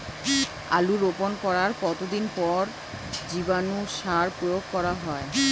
আলু রোপণ করার কতদিন পর জীবাণু সার প্রয়োগ করা হয়?